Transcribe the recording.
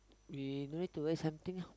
we no need to wait something ah